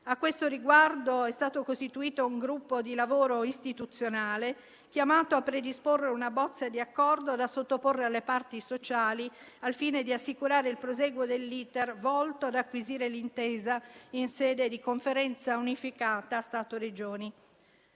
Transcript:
A questo riguardo è stato costituito un gruppo di lavoro istituzionale chiamato a predisporre una bozza di accordo da sottoporre alle parti sociali, al fine di assicurare il prosieguo dell'*iter* volto ad acquisire l'intesa in sede di Conferenza permanente per i